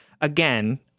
again